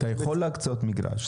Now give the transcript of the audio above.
אתה יכול להקצות מגרש.